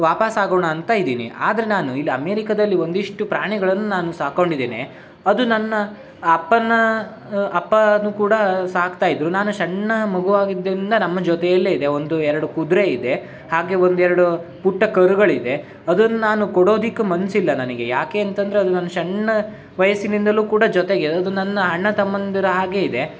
ವಾಪಸ್ಸಾಗೋಣ ಅಂತ ಇದ್ದೀನಿ ಆದ್ರೆ ನಾನು ಇಲ್ಲಿ ಅಮೇರಿಕದಲ್ಲಿ ಒಂದಷ್ಟು ಪ್ರಾಣಿಗಳನ್ನು ನಾನು ಸಾಕ್ಕೊಂಡಿದ್ದೇನೆ ಅದು ನನ್ನ ಅಪ್ಪನ ಅಪ್ಪನೂ ಕೂಡ ಸಾಕ್ತಾ ಇದ್ದರು ನಾನು ಸಣ್ಣ ಮಗುವಾಗಿದ್ದಿಂದ ನಮ್ಮ ಜೊತೆಯಲ್ಲೇ ಇದೆ ಒಂದು ಎರಡು ಕುದುರೆ ಇದೆ ಹಾಗೇ ಒಂದೆರಡು ಪುಟ್ಟ ಕರುಗಳಿದೆ ಅದನ್ನು ನಾನು ಕೊಡೋದಕ್ಕೆ ಮನಸ್ಸಿಲ್ಲ ನನಗೆ ಯಾಕೆ ಅಂತಂದ್ರೆ ಅದು ನಾನು ಸಣ್ಣ ವಯಸ್ಸಿನಿಂದಲೂ ಕೂಡ ಜೊತೆಗೆ ಅದು ನನ್ನ ಅಣ್ಣ ತಮ್ಮಂದಿರ ಹಾಗೇ ಇದೆ